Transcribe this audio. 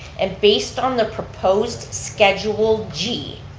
and based on the proposed schedule g,